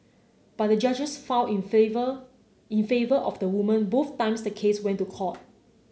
but the judges found in favour in favour of the woman both times the case went to court